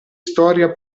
storia